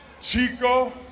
Chico